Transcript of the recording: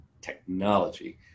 technology